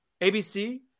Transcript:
abc